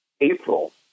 April